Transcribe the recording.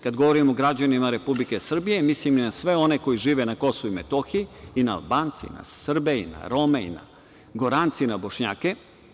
Kada govorim o građanima Republike Srbije, mislim i na sve one koji žive na KiM i na Albance i na Srbe i na Rome, na Gorance i Bošnjake.